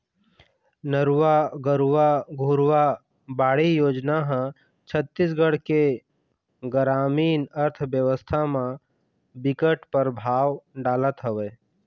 नरूवा, गरूवा, घुरूवा, बाड़ी योजना ह छत्तीसगढ़ के गरामीन अर्थबेवस्था म बिकट परभाव डालत हवय